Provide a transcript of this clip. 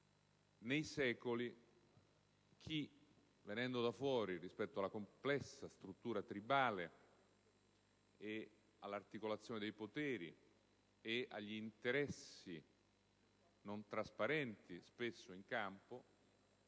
nei secoli chi, venendo da fuori rispetto alla complessa struttura tribale e all'articolazione dei poteri e agli interessi spesso non trasparenti in campo,